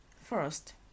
First